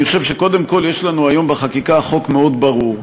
אני חושב שקודם כול יש לנו היום בחקיקה חוק מאוד ברור,